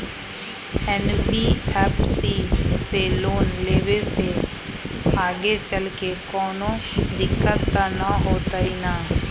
NBFC से loan लेबे से आगेचलके कौनो दिक्कत त न होतई न?